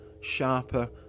sharper